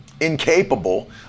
incapable